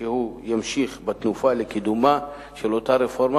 שהוא ימשיך בתנופה לקידומה של אותה רפורמה